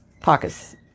pockets